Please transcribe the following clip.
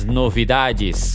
novidades